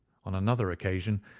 on another occasion,